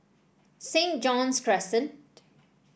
Saint John's Crescent